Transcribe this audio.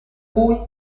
cui